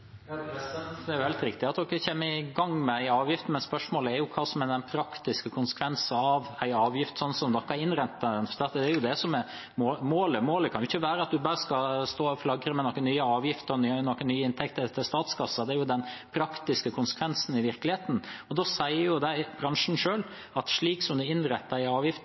Det er helt riktig at dere kommer i gang med en avgift, men spørsmålet er jo hva som er den praktiske konsekvensen av en avgift slik dere har innrettet den, for det er jo det som er målet. Målet kan ikke være at en bare skal stå og flagre med noen nye avgifter og noen nye inntekter til statskassen, men det er jo den praktiske konsekvensen i virkeligheten. Og da sier bransjen selv at slik som denne avgiften er